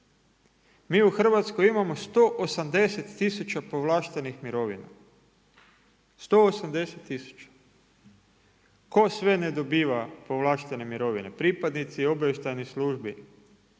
Mi u Hrvatskoj imamo 180000 povlaštenih mirovina, 180000. Tko sve ne dobiva povlaštene mirovine? Pripadnici obavještajnih službi,